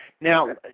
now